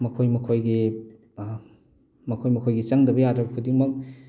ꯃꯈꯣꯏ ꯃꯈꯣꯏꯒꯤ ꯃꯈꯣꯏ ꯃꯈꯣꯏꯒꯤ ꯆꯪꯗꯕ ꯌꯥꯗ꯭ꯔꯕ ꯈꯨꯗꯤꯡꯃꯛ